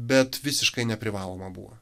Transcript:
bet visiškai neprivaloma buvo